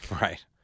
Right